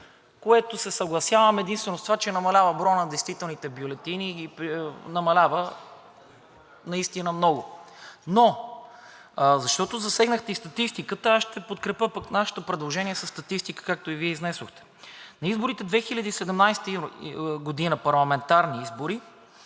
което се съгласявам единствено с това, че намалява броя на недействителните бюлетини и намалява наистина много. Но защото засегнахте и статистиката, аз ще подкрепя нашите предложения със статистика, както и Вие изнесохте. На парламентарните избори